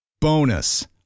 Bonus